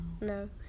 No